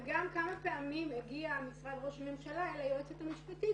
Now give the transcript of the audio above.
וגם כמה פעמים הגיע משרד ראש הממשלה אל היועצת המשפטית